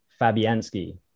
Fabianski